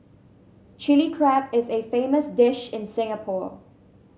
Chilli Crab is a famous dish in Singapore